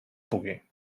pugui